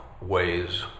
ways